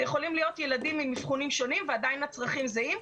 יכולים להיות ילדים עם אבחונים שונים ועדיין הצרכים זהים.